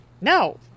No